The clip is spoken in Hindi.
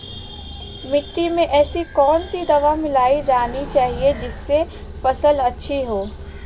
मिट्टी में ऐसी कौन सी दवा मिलाई जानी चाहिए जिससे फसल अच्छी हो?